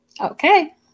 Okay